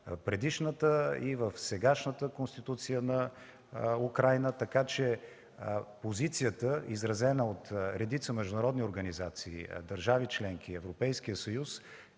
предишната, и в сегашната Конституция на Украйна. Така че позицията, изразена от редица международни организации, държави членки и Европейския съюз,